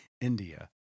India